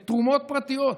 מתרומות פרטיות,